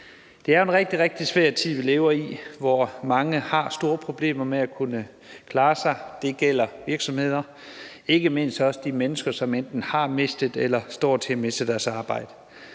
en rigtig, rigtig svær tid, vi lever i, hvor mange har store problemer med at kunne klare sig; det gælder virksomheder og ikke mindst også de mennesker, som enten har mistet eller står til at miste deres arbejde.